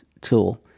tool